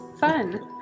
fun